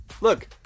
Look